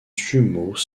jumeaux